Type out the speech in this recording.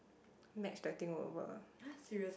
match the thing over